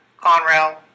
Conrail